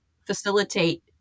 facilitate